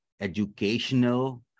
educational